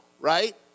right